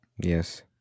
Yes